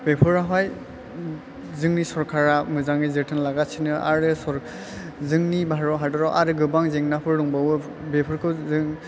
बेफोराव हाय जोंनि सरखारा मोजाङै जोथोन लागासिनो आरो जोंनि भारत हादराव गोबां जेंनाफोर दंबावो बेफोरखौ जों